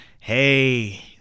hey